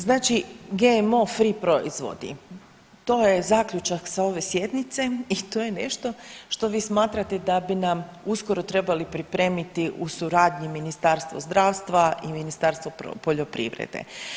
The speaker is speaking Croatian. Znači GMO free proizvodi, to je zaključak sa ove sjednice i to je nešto što vi smatrate da bi nam uskoro trebali pripremiti u suradnji Ministarstvo zdravstva i Ministarstvo poljoprivrede.